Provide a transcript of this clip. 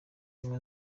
ubumwe